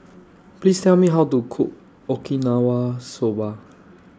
Please Tell Me How to Cook Okinawa Soba